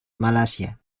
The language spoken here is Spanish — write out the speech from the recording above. malasia